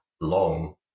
long